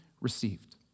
received